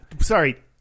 Sorry